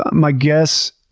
my guess,